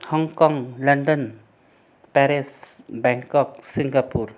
हाँगकाँग London Paris Bangkok Singapore